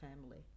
family